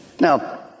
Now